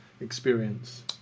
experience